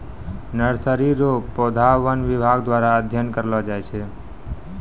nursery रो पौधा वन विभाग द्वारा अध्ययन करलो जाय छै